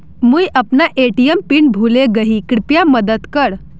मुई अपना ATM pin भूले गही कृप्या मदद कर